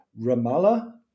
Ramallah